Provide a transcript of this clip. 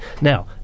Now